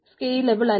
scalable അല്ല